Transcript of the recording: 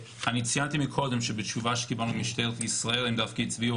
אני ציינתי מקודם שבתשובה שקיבלנו ממשטרת ישראל הם דווקא הצביעו